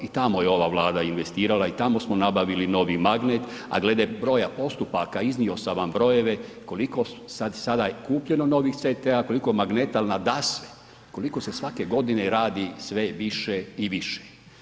I tamo je ova Vlada investirala i tamo smo nabavili novi magnet, a glede broja postupaka iznio sam vam brojeve koliko sada je kupljeno novih CT-a koliko magneta, ali nadasve koliko se svake godine radi sve više i više.